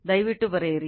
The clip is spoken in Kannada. ದಯವಿಟ್ಟು ಬರೆಯಿರಿ